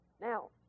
now